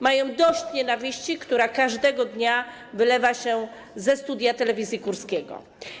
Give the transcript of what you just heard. Mają dość nienawiści, która każdego dnia wylewa się ze studia telewizji Kurskiego.